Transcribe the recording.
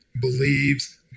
believes